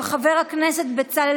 חבר הכנסת בצלאל